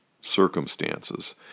circumstances